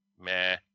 meh